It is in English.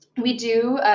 we do.